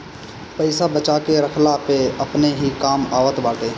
पईसा बचा के रखला पअ अपने ही काम आवत बाटे